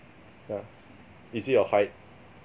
yeah is it your height